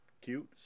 cute